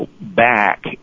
back